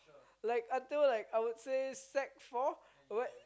like until like I would say sec four what